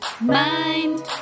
Mind